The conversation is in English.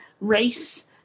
race